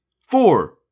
four